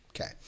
okay